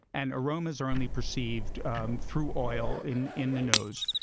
and aromas are only perceived through oil in in the nose.